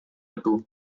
itu